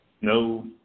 no